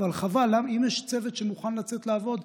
אם יש צוות שמוכן לצאת לעבוד,